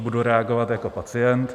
Budu reagovat jako pacient.